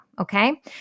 Okay